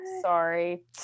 sorry